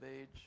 age